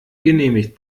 genehmigt